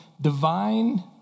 divine